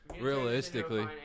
realistically